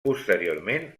posteriorment